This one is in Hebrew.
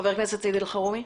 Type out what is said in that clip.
חבר הכנסת סעיד אלחרומי.